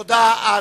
תודה.